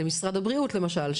למשרד הבריאות למשל,